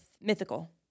Mythical